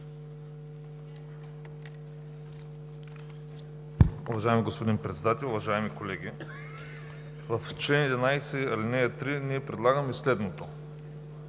Уважаеми господин Председател, уважаеми колеги! В чл. 11, ал. 3 ние предлагаме следното: